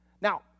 Now